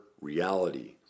reality